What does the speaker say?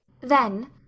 Then